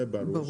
זה ברור,